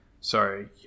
sorry